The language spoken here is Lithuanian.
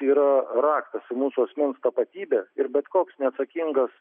yra raktas į mūsų asmens tapatybę ir bet koks neatsakingas